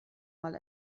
mal